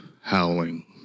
howling